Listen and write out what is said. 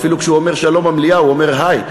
אפילו כשהוא אומר "שלום" במליאה הוא אומר "היי".